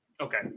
Okay